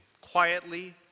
quietly